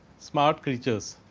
smart creatures.